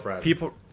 People